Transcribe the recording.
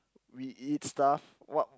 we eat stuff what